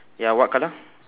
ya what colour